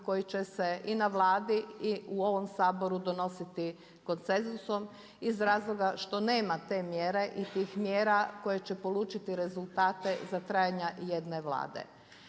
koji će se i na Vladi i u ovom Saboru donositi konsenzusom iz razloga što nema te mjere i tih mjera koje će polučiti rezultate za trajanja jedne Vlade.